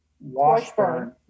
Washburn